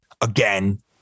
again